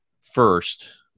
first